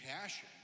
passion